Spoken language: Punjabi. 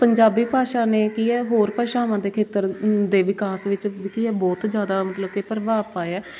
ਪੰਜਾਬੀ ਭਾਸ਼ਾ ਨੇ ਕੀ ਹੈ ਹੋਰ ਭਾਸ਼ਾਵਾਂ ਦੇ ਖੇਤਰ ਦੇ ਵਿਕਾਸ ਵਿੱਚ ਬਹੁਤ ਜ਼ਿਆਦਾ ਮਤਲਬ ਕਿ ਪ੍ਰਭਾਵ ਪਾਇਆ